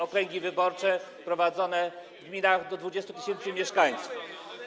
okręgi wyborcze wprowadzone w gminach do 20 tys. mieszkańców.